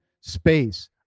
space